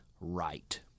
right